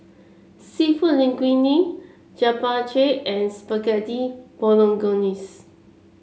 seafood Linguine Japchae and Spaghetti Bolognese